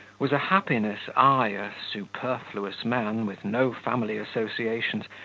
was a happiness i, a superfluous man, with no family associations,